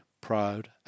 proud